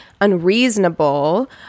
unreasonable